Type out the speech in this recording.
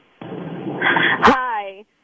Hi